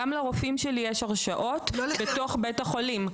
גם לרופאים שלי יש הרשאות בתוך בית החולים.